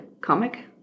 comic